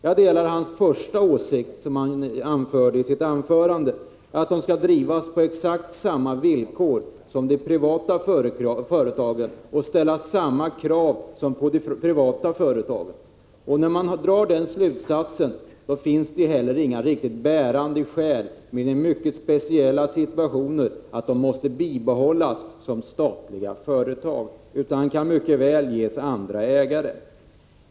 Jag delar den första åsikt som Rune Jonsson anförde, nämligen att dessa företag skall drivas på exakt samma villkor som gäller för de privata företagen och att man skall ställa samma krav på de statliga företagen som på de privata. När man har dragit den slutsatsen återstår inga riktigt bärande skäl — annat än i mycket speciella situationer — för att behålla det statliga ägandet, utan de företag det gäller kan mycket väl få andra ägare.